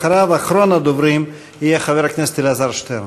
אחריו, אחרון הדוברים יהיה חבר הכנסת אלעזר שטרן.